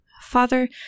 Father